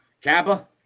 Kappa